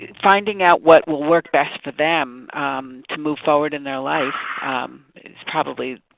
finding out what will work best for them to move forward in their life is probably